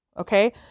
Okay